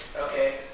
Okay